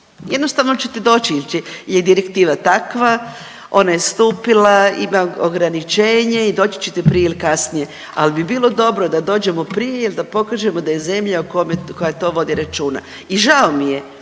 jednostavno ćete doći jer je direktiva takva, ona je stupila, ima ograničenje i doći ćete prije ili kasnije, al bi bilo dobro da dođemo prije jel da pokažemo da je zemlja koja to vodi računa i žao mi je